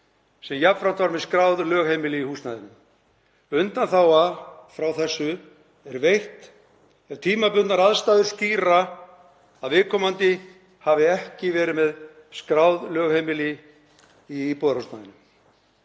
sem jafnframt var með skráð lögheimili í húsnæðinu. Undanþága frá þessu er veitt ef „tímabundnar aðstæður skýra að viðkomandi hafi ekki verið með skráð lögheimili í íbúðarhúsnæðinu“.